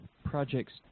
Projects